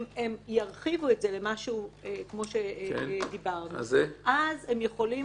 אם הם ירחיבו את זה למשהו אחר, אז הם יכולים